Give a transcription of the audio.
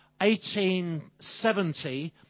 1870